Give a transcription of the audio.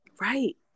right